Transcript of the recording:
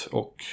och